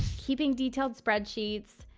keeping detailed spreadsheets,